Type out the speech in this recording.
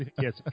yes